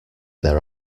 their